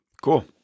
Cool